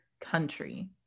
country